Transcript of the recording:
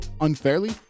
unfairly